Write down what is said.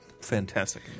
fantastic